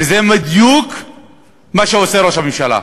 וזה בדיוק מה שעושה ראש הממשלה: